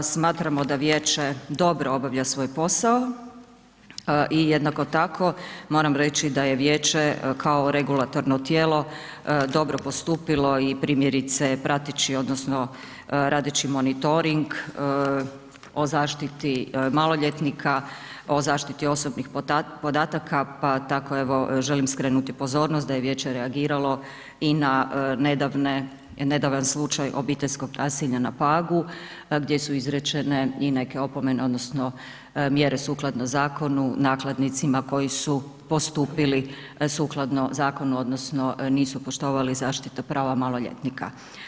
Smatramo da vijeće dobro obavlja svoj posao i jednako tako, moram reći da je vijeće kao regulatorno tijelo dobro postupilo i primjerice, prateći, odnosno radeći monitoring o zaštiti maloljetnika, o zaštiti osobnih podataka, pa tako, evo, želim skrenuti pozornost, da je vijeće reagiralo i na nedavan slučaj obiteljskog nasilja na Pagu, gdje su izrečene i neke opomene, odnosno mjere sukladno zakonu nakladnicima koji su postupili sukladno zakonu, odnosno nisu poštovali zaštita prava maloljetnika.